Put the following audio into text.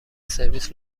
سرویس